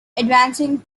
advancing